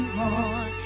more